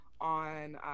on